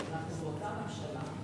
אנחנו באותה ממשלה,